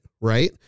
Right